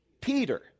Peter